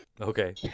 Okay